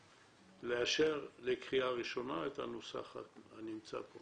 לאשר לקריאה ראשונה את הנוסח הנמצא פה,